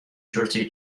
jersey